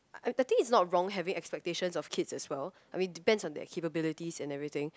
I I think it's not wrong having expectations of kids as well I mean depends on their capabilities and everything